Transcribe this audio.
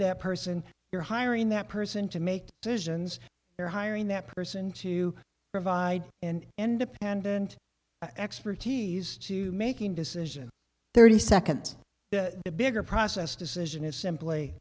that person you're hiring that person to make decisions you're hiring that person to provide an independent expertise to making decision thirty seconds the bigger process decision is simply